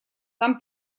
там